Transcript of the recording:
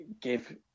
give